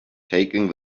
taking